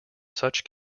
such